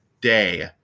day